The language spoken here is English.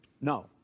No